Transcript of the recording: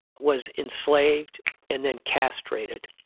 was enslaved and then castrated.